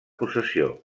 possessió